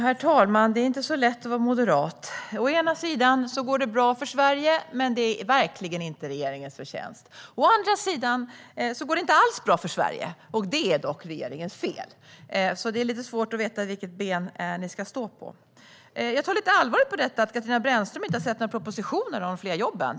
Herr talman! Det är inte så lätt att vara moderat. Å ena sidan går det bra för Sverige, men det är verkligen inte regeringens förtjänst. Å andra sidan går det inte alls bra för Sverige, och det är regeringens fel. Det är lite svårt att veta vilket ben ni ska stå på. Jag tar lite allvarligt på att Katarina Brännström inte har sett några propositioner om de fler jobben.